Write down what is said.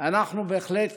אנחנו בהחלט